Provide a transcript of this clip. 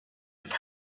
with